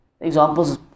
examples